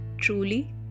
truly